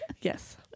Yes